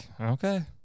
Okay